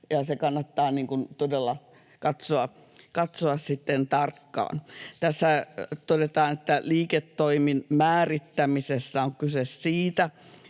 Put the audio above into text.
katsoa sitten tarkkaan. Tässä todetaan, että liiketoimen määrittämisessä on kyse siitä,